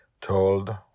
Told